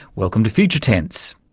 welcome to future tense.